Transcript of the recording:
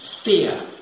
fear